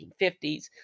1950s